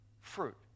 fruit